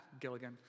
Gilligan